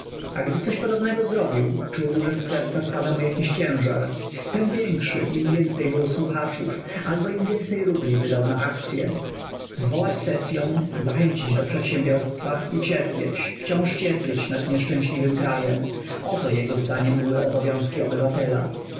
a gdy coś podobnego zrobił czuł że z serca spada mu jakiś ciężar tem większy im więcej było słuchaczów albo im więcej rubli wydał na akcye zwołać sesyą zachęcić do przedsiębierstwa i cierpieć wciąż cierpieć nad nieszczęśliwym krajem oto jego zdaniem były obowiązki obywatela